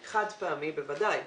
חד-פעמי, בוודאי.